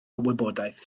wybodaeth